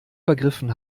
vergriffen